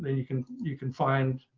and you can you can find.